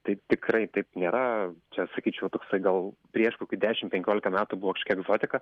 tai tikrai taip nėra čia sakyčiau toksai gal prieš kokį dešim penkiolika metų buvo kažkokia egzotika